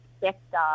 sector